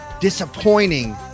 disappointing